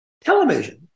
Television